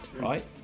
right